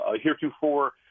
Heretofore